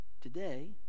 Today